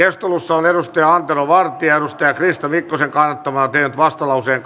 lakiehdotus hylätään antero vartia on krista mikkosen kannattamana tehnyt vastalauseen